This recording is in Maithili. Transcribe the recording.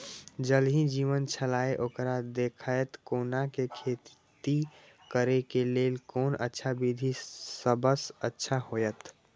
ज़ल ही जीवन छलाह ओकरा देखैत कोना के खेती करे के लेल कोन अच्छा विधि सबसँ अच्छा होयत?